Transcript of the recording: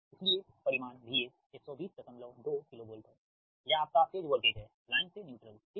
इसलिए परिमाण VS 1202 KV है यह आपका फेज वोल्टेज है लाइन से न्यूट्रल ठीक